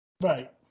Right